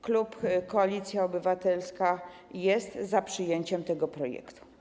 Klub Koalicja Obywatelska jest za przyjęciem tego projektu.